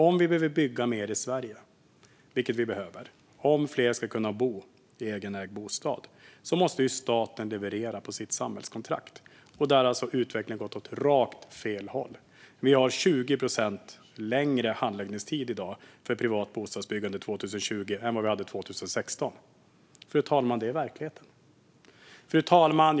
Om vi ska bygga mer i Sverige, vilket vi behöver göra om fler ska kunna bo i egenägd bostad, måste ju staten leverera på sitt samhällskontrakt. Men där har utvecklingen alltså gått åt rakt fel håll. Vi har i dag, 2020, 20 procent längre handläggningstid för privat bostadsbyggande än vi hade 2016. Detta är verkligheten, fru talman. Fru talman!